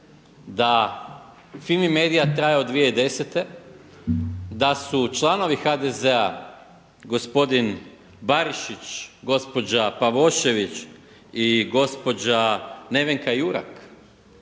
da FIMI MEDIJ traje od 2010. da su članovi HDZ-a gospodin Barišić, gospođa Pavošević i gospođa Nevenka Jurak